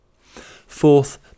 Fourth